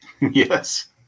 Yes